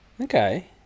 okay